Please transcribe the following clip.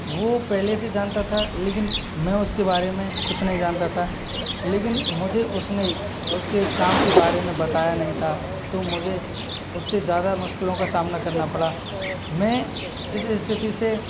वो पहले से जानता था लेकिन मैं उसके बारे में कुछ नहीं जानता था लेकिन मुझे उसने उसके काम के बारे में बताया नहीं था तो मुझे उससे ज़्यादा मुश्किलों का सामना करना पड़ा मैं इस स्थिति से